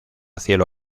cielo